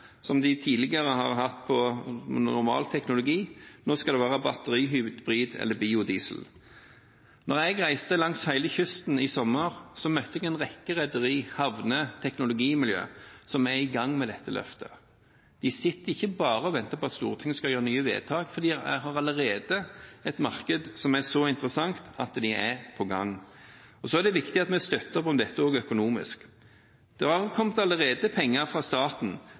som de tidligere har hatt på normal teknologi. Nå skal det være batteri, hybrid eller biodiesel. Da jeg reiste langs hele kysten i sommer, møtte jeg en rekke rederier, havner og teknologimiljøer som er i gang med dette løftet. De sitter ikke bare og venter på at Stortinget skal gjøre nye vedtak fordi de har allerede et marked som er så interessant at de er på gang. Så er det viktig at vi også støtter opp om dette økonomisk. Det har allerede kommet penger fra staten